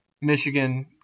Michigan